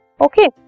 Okay